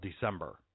December